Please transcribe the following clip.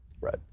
Right